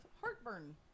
heartburn